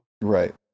Right